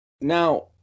Now